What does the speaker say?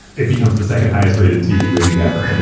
it becomes the second highest-rated tv movie ever.